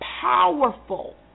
powerful